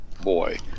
Boy